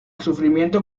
sufrimiento